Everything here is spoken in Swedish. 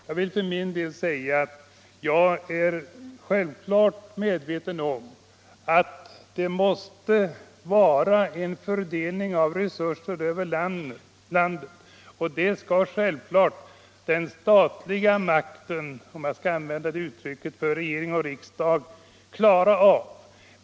Ja, självfallet är jag medveten om att resurserna måste fördelas över hela landet, och det skall naturligtvis den statliga makten — om jag får använda det uttrycket för regering och riksdag — svara för.